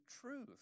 truth